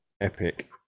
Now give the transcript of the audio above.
epic